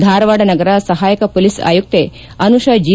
ಧಾರವಾಡ ನಗರ ಸಹಾಯಕ ಪೊಲೀಸ್ ಆಯುಕ್ತೆ ಅನುಷಾ ಜಿ